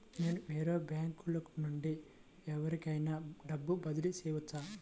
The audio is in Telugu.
నేను వేరే బ్యాంకు నుండి ఎవరికైనా డబ్బు బదిలీ చేయవచ్చా?